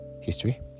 history